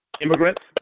immigrants